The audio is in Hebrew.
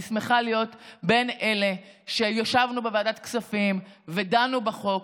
אני שמחה להיות מאלה שישבו בוועדת כספים ודנו בחוק,